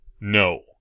No